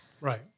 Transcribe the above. Right